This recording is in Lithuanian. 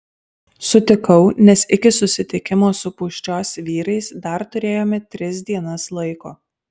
sutikau nes iki susitikimo su pūščios vyrais dar turėjome tris dienas laiko